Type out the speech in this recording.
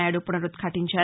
Naidu పునరుద్ఘటించారు